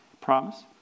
Promise